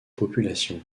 populations